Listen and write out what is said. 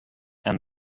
and